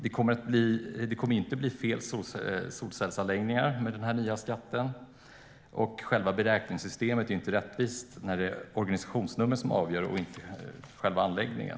Det kommer inte att bli fler solcellsanläggningar med den här nya skatten, och själva beräkningssystemet är inte rättvist, när det är organisationsnumret som avgör och inte själva anläggningen.